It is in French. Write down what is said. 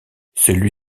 celui